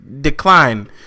decline